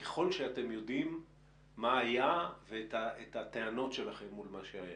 ככל שאתם יודעים מה היה ואת הטענות שלכם מול מה שהיה.